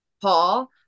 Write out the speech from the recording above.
Paul